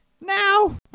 Now